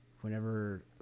whenever